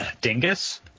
Dingus